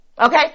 Okay